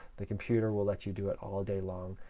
the computer will let you do it all day long.